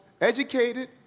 educated